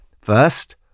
first